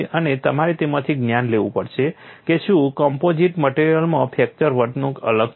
અને તમારે તેમાંથી જ્ઞાન લેવું પડશે કે શું કમ્પોઝિટ મટીરિયલ્સમાં ફ્રેક્ચર વર્તણૂક અલગ છે